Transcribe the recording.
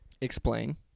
Explain